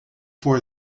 for